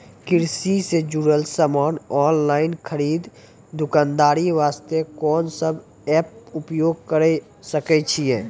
कृषि से जुड़ल समान ऑनलाइन खरीद दुकानदारी वास्ते कोंन सब एप्प उपयोग करें सकय छियै?